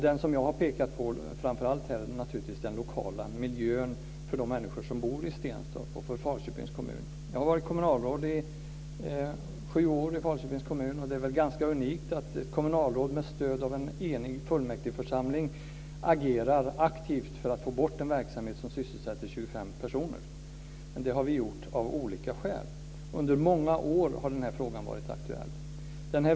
Den som jag har pekat på framför allt är naturligtvis den lokala miljön för de människor som bor i Stenstorp och för Falköpings kommun. Jag var kommunalråd i sju år i Falköpings kommun. Det är väl ganska unikt att ett kommunalråd med stöd av en enig fullmäktigeförsamling agerar aktivt för att få bort en verksamhet som sysselsätter 25 personer. Men det har vi gjort, av olika skäl. Under många år har denna fråga varit aktuell.